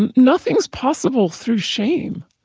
and nothing's possible through shame.